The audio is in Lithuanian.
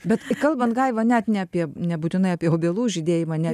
bet kalbant gaiva net ne apie nebūtinai apie obelų žydėjimą ne